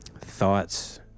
thoughts